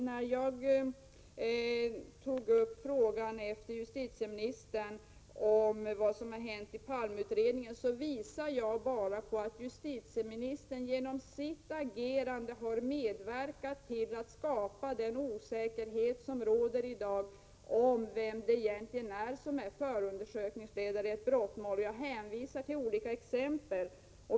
När jag tog upp frågan med justitieministern om vad som har hänt i Palmeutredningen visade jag bara på att justitieministern genom sitt agerande har medverkat till att skapa den osäkerhet som råder i dag om vem det egentligen är som är förundersökningsledare i ett brottmål. Jag hänvisade till olika exempel.